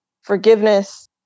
forgiveness